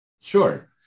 sure